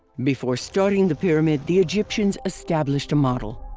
before starting the pyramid, the egyptians established a model.